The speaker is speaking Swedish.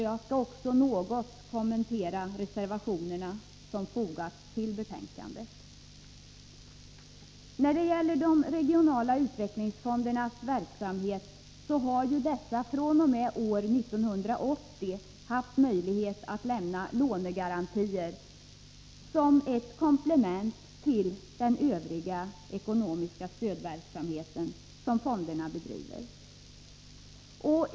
Jag skall också något kommentera de övriga reservationer som har fogats till betänkandet. De regionala utvecklingsfonderna har fr.o.m. år 1980 haft möjlighet att lämna lånegarantier såsom ett komplement till den övriga ekonomiska stödverksamhet som fonderna bedriver.